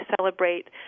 celebrate